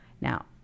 now